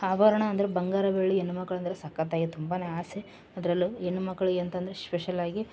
ಆಭರ್ಣ ಅಂದ್ರೆ ಬಂಗಾರಗಳಿ ಹೆಣ್ಮಕ್ಳು ಅಂದರೆ ಸಕ್ಕತ್ತಾಗೆ ತುಂಬಾ ಆಸೆ ಅದರಲ್ಲಿ ಹೆಣ್ಮಕ್ಳಿಗ್ ಅಂತಂದರೆ ಶ್ ಸ್ಪೆಷಲಾಗಿ